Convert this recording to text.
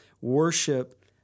worship